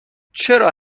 چرا